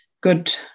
good